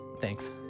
Thanks